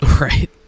Right